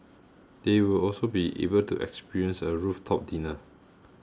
they will also be able to experience a rooftop dinner